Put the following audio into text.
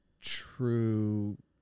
true